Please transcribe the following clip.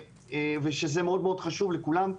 זה מאוד מאוד חשוב לכולם,